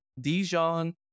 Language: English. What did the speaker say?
Dijon